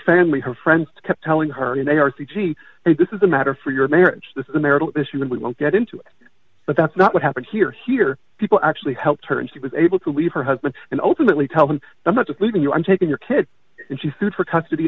family her friends kept telling her in a r c g a this is a matter for your marriage this is a marital issue and we won't get into it but that's not what happened here here people actually helped her and she was able to leave her husband and ultimately tell them i'm not just leaving you i'm taking your kids and she's super custody